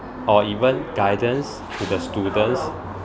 or even guidance to the students